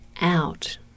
out